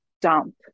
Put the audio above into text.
dump